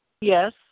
Yes